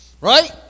Right